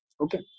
Okay